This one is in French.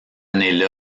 année